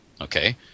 okay